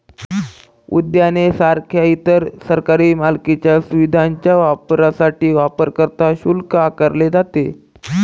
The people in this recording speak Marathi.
उद्याने सारख्या इतर सरकारी मालकीच्या सुविधांच्या वापरासाठी वापरकर्ता शुल्क आकारले जाते